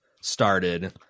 started